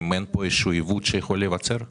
האם לא יכול להיווצר עיוות?